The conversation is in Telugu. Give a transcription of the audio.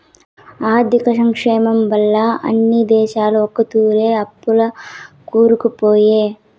ఆర్థిక సంక్షోబం వల్ల అన్ని దేశాలు ఒకతూరే అప్పుల్ల కూరుకుపాయే